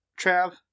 Trav